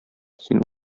син